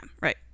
right